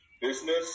business